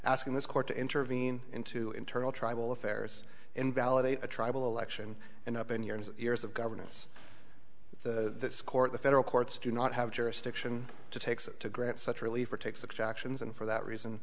asking this court to intervene into internal tribal affairs invalidate a tribal election and up in your ears of governance the court the federal courts do not have jurisdiction to take to grant such relief or take such actions and for that reason